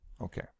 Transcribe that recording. Okay